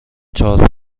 چهار